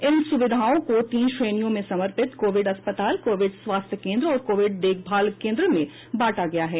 इन सुविधाओं को तीन श्रेणियों में समर्पित कोविड अस्पताल कोविड स्वास्थ्य केंद्र और कोविड देखभाल केंद्र में बांटा गया है